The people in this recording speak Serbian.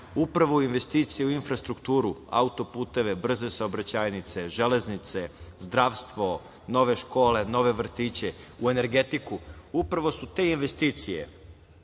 upravo investicije u infrastrukturu, auto-puteve, brze saobraćajnice, železnice, zdravstvo, nove škole, nove vrtiće, u energetiku, upravo su te investicije